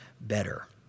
better